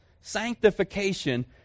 sanctification